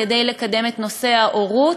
כדי לקדם את נושא ההורות,